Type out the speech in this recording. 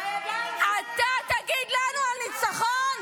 אתה תגיד לנו על ניצחון?